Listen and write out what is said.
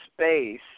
space